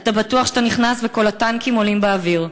אתה בטוח שאתה נכנס וכל הטנקים עולים באוויר.